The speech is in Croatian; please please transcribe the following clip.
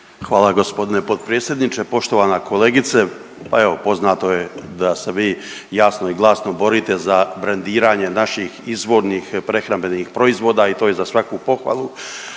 Hvala g. potpredsjedniče, poštovana kolegice. Pa evo poznato je da se vi jasno i glasno borite za brendiranje naših izvornih prehrambenih proizvoda i to je za svaku pohvalu,